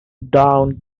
down